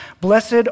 Blessed